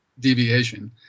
deviation